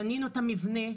בנינו את המבנה,